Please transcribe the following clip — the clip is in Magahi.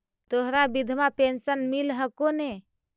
तोहरा विधवा पेन्शन मिलहको ने?